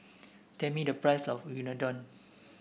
tell me the price of Unadon